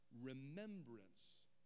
remembrance